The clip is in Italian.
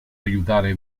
aiutare